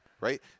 right